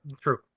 True